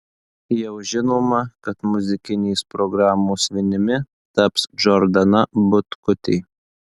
jau žinoma kad muzikinės programos vinimi taps džordana butkutė